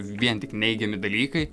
vien tik neigiami dalykai